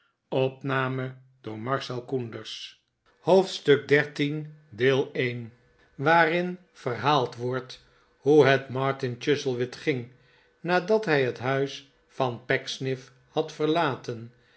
hoofdstuk xiii waarin verhaald wordt hoe het martin chuzzlewit ging nadat hij het huis van pecksniff had verlaten